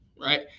Right